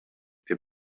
деп